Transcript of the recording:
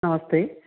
नमस्ते